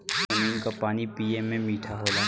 जमीन क पानी पिए में मीठा होला